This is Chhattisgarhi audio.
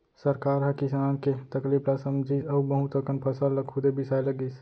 सरकार ह किसान के तकलीफ ल समझिस अउ बहुत अकन फसल ल खुदे बिसाए लगिस